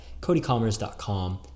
codycommerce.com